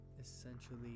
essentially